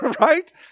Right